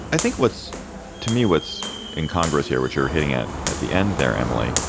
i think what's to me, what's incongruous here, what you're hitting at at the end there, emily,